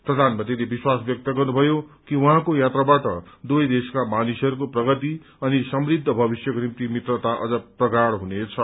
प्रधानमन्त्रीले विश्वास व्यक्त गर्नुभयो कि उहाँको यात्राबाट दुवै देशका मानिसहरूको प्रगति अनि समृद्ध भविष्यको निम्ति मित्रता अझ प्रगाढ़ हुनेछ